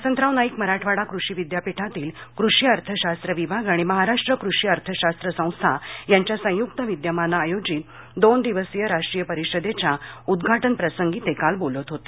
वसंतराव नाईक मराठवाडा कृषी विद्यापीठातील कृषि अर्थशास्त्र विभाग आणि महाराष्ट्र कृषी अर्थशास्त्र संस्था यांच्या संयूक्त विद्यमाने आयोजित दोन दिवसीय राष्ट्रीय परिषदेच्या उद्घाटनप्रसंगी ते काल बोलत होते